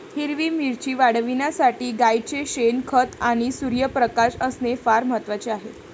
हिरवी मिरची वाढविण्यासाठी गाईचे शेण, खत आणि सूर्यप्रकाश असणे फार महत्वाचे आहे